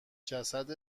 جسد